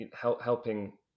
helping